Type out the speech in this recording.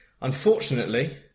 Unfortunately